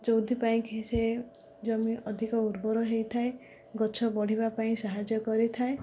ଯେଉଁଥିପାଇଁ କି ସେ ଜମି ଅଧିକ ଉର୍ବର ହୋଇଥାଏ ଗଛ ବଢ଼ିବା ପାଇଁ ସାହାଯ୍ୟ କରିଥାଏ